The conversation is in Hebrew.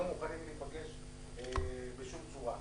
לא מוכנים להיפגש בשום צורה.